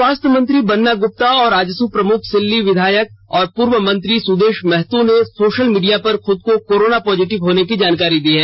स्वास्थ्य मंत्री बन्ना गुप्ता और आजसू प्रमुख सिल्ली विधायक और पूर्व मंत्री सुदेश महतो ने सोशल मीडिया पर खुद को कोरोना पॉजिटिव होने की जानकारी दी है